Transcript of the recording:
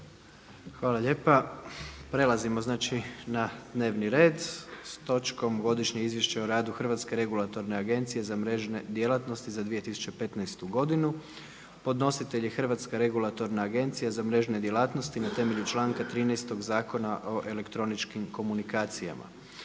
Prelazimo znači na dnevni red s točkom Godišnje izvješće o radu Hrvatske regulatorne agencije za mrežne djelatnosti za 2015. godinu. Podnositelj je Hrvatska regulatorna agencija za mrežne djelatnosti na temelju članka 13. Zakona o elektroničkim komunikacijama.